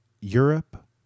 Europe